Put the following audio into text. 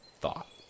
thought